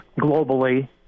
globally